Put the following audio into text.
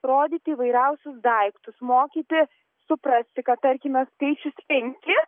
rodyti įvairiausius daiktus mokyti suprasti kad tarkime skaičius penki